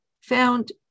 found